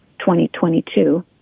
2022